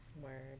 word